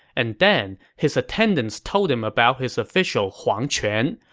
and then, his attendants told him about his official huang quan,